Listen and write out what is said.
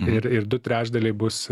ir ir du trečdaliai bus